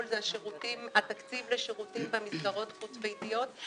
זה התקציב לשירותים במסגרות חוץ ביתיות.